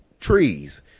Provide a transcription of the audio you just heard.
trees